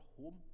home